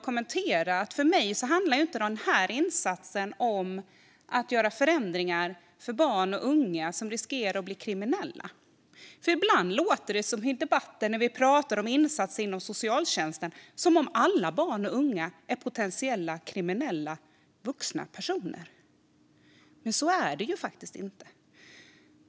Men för mig handlar inte den här insatsen om att göra förändringar för barn och unga som riskerar att bli kriminella. Jag kan inte låta bli att lämna den kommentaren i det här sammanhanget. I debatten om insatser inom socialtjänsten låter det ibland som att alla barn och unga är potentiella blivande kriminella vuxna personer. Men så är det ju faktiskt inte.